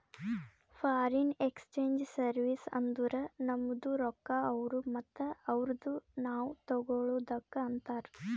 foreign exchange service ಅಂದುರ್ ನಮ್ದು ರೊಕ್ಕಾ ಅವ್ರು ಮತ್ತ ಅವ್ರದು ನಾವ್ ತಗೊಳದುಕ್ ಅಂತಾರ್